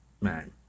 man